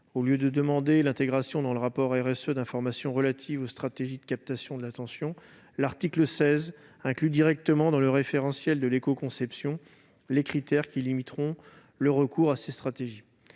au lieu de demander l'intégration dans le rapport d'informations relatives aux stratégies de captation de l'attention, l'article 16 inclut directement dans le référentiel de l'écoconception les critères qui limiteront le recours à ces stratégies.